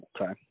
okay